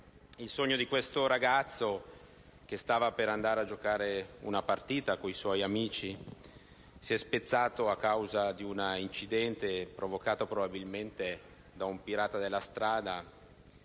il sogno di un ragazzo, che stava per andare a giocare una partita con i suoi amici, si è spezzato a causa di un incidente provocato probabilmente da un pirata della strada